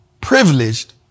Privileged